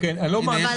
פשוט מאוד: